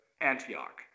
Antioch